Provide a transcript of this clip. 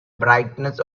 brightness